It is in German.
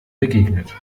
begegnet